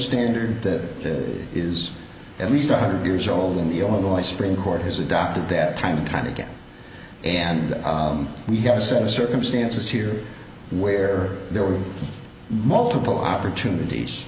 standard that is at least one hundred years old in the illinois supreme court has adopted that time and time again and we have a set of circumstances here where there were multiple opportunities